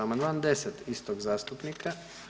Amandman 10 istog zastupnika.